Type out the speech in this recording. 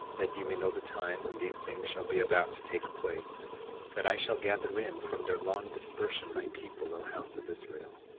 that ye may know the time when these things shall be about to take place that i shall gather in, from their long dispersion, my people, o house of israel,